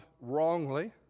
wrongly